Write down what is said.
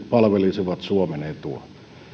palvelisivat suomen etua